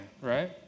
right